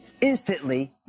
instantly